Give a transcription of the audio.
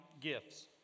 gifts